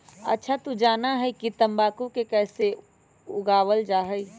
अच्छा तू जाना हीं कि तंबाकू के कैसे उगावल जा हई?